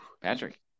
Patrick